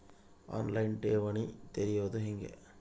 On line ಠೇವಣಿ ತೆರೆಯೋದು ಹೆಂಗ?